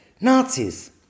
Nazis